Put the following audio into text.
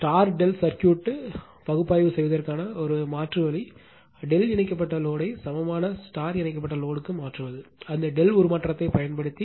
எனவே ∆ சர்க்யூட் பகுப்பாய்வு செய்வதற்கான ஒரு மாற்று வழி ∆ இணைக்கப்பட்ட லோடு யை சமமான இணைக்கப்பட்ட லோடு க்கு மாற்றுவது அந்த ∆ உருமாற்றத்தைப் பயன்படுத்தி